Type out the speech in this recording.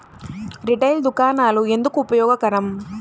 Retail దుకాణాలు ఎందుకు ఉపయోగకరం?